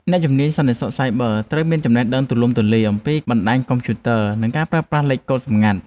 អ្នកជំនាញសន្តិសុខសាយប័រត្រូវមានចំណេះដឹងទូលំទូលាយអំពីបណ្តាញកុំព្យូទ័រ និងការប្រើប្រាស់លេខកូដសម្ងាត់។